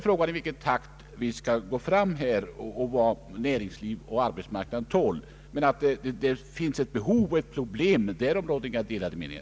Frågan är i vilken takt vi kan gå fram och hur mycket näringslivet och arbetsmarknaden tål. Men att det finns ett behov och att detta är ett problem, därom råder inga delade meningar.